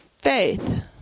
faith